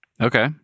Okay